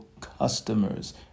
customers